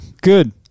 Good